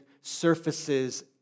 surfaces